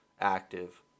active